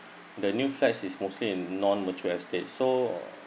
the new flat is mostly in non mature estate so